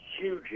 huge